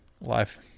life